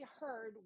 heard